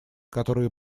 которые